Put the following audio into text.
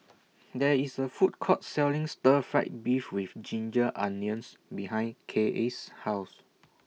There IS A Food Court Selling Stir Fry Beef with Ginger Onions behind Kaye's House